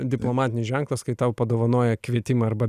diplomatinis ženklas kai tau padovanoja kvietimą arba